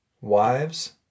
Wives